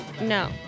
No